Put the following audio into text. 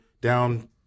down